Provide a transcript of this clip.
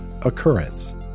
occurrence